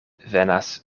venas